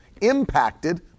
impacted